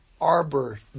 Arbor